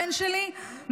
הבן שלי,